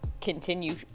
continue